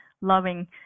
loving